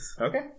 Okay